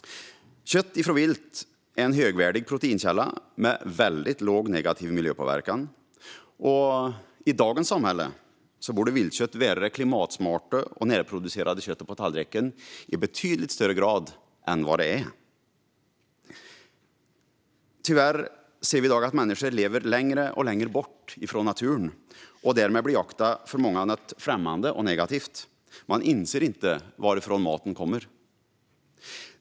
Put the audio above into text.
Kött från vilt är en högvärdig proteinkälla med väldigt låg negativ miljöpåverkan. I dagens samhälle borde viltkött vara det klimatsmarta och närproducerade köttet på tallriken i betydligt högre grad än vad det är. Tyvärr ser vi i dag att människor lever längre och längre bort från naturen. Därmed blir jakten för många något främmande och negativt. Man inser inte varifrån maten kommer.